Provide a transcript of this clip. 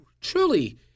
truly –